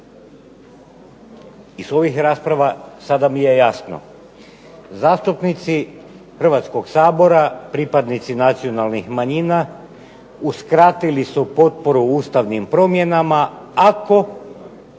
Iz ovih rasprava sada mi je jasno. Zastupnici Hrvatskog sabora, pripadnici nacionalnih manjina uskratili su potporu ustavnim promjenama ako